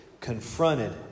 confronted